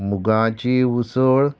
मुगाची उसळ